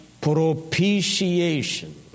propitiation